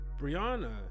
Brianna